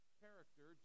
character